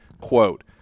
quote